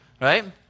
right